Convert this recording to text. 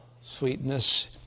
sweetness